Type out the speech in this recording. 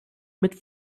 mit